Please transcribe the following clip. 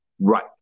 Right